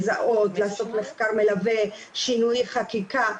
לזהות, לעשות מחקר מלווה, שינוי חקיקה.